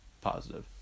positive